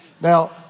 Now